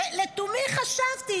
ולתומי חשבתי